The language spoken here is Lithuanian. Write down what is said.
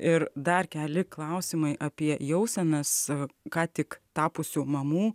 ir dar keli klausimai apie jauseną sau ką tik tapusių mamų